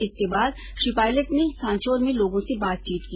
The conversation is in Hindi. इसके बाद श्री पायलेट ने सांचोर में लोगों से बातचीत की